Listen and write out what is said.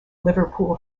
liverpool